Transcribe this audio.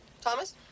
Thomas